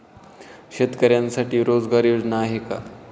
शेतकऱ्यांसाठी रोजगार योजना आहेत का?